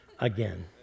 again